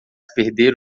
perder